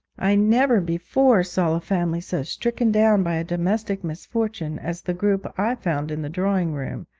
i never before saw a family so stricken down by a domestic misfortune as the group i found in the drawing-room,